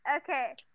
Okay